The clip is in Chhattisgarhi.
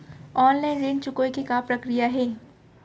ऑनलाइन ऋण चुकोय के का प्रक्रिया हे?